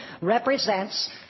represents